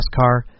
NASCAR